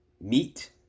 meat